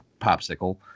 popsicle